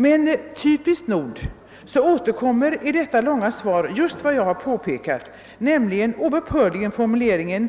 Och typiskt nog återkommer i det svaret oupphörligt just dessa vaga formuleringar